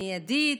מיידית,